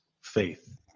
faith